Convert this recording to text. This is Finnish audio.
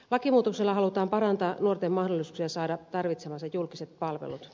lakimuutoksella halutaan parantaa nuorten mahdollisuuksia saada tarvitsemansa julkiset palvelut